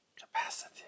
capacity